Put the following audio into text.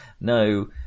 No